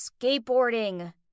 Skateboarding